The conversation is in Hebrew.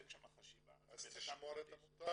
אין שם חשיבה --- אז תשמור את המותג.